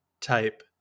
type